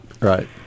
Right